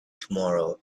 tomorrow